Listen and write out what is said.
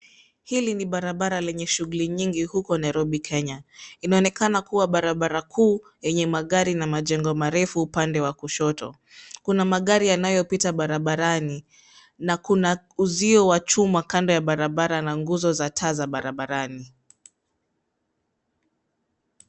Hili ni barabara lenye shughuli nyingi huku Nairobi Kenya. Inaonekana kuwa barabara kuu yenye magari na majengo marefu upande wa kushoto. Kuna magari yanayopita barabarani na kuna uzio wa chuma kando ya barabara na nguzo za taa za barabarani.